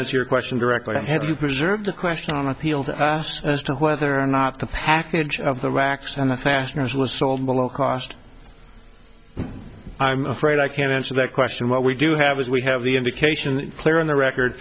answer your question directly to have you preserved the question on appeal to us as to whether or not the package of the racks and the fasteners was sold below cost i'm afraid i can't answer that question what we do have is we have the indication in the clear on the record